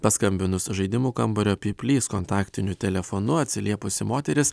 paskambinus žaidimų kambario pyplys kontaktiniu telefonu atsiliepusi moteris